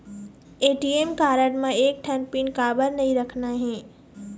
ATM card म एक ठन पिन काबर नई रखना हे?